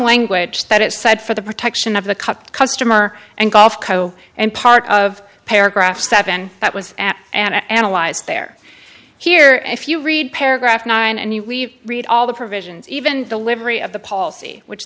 language that it said for the protection of the cup customer and golf co and part of paragraph seven that was at and analyzed there here if you read paragraph nine and you we've read all the provisions even delivery of a policy which